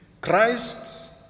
Christ